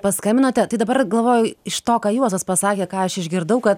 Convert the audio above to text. paskambinote tai dabar galvoju iš to ką juozas pasakė ką aš išgirdau kad